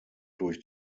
durch